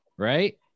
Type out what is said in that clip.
Right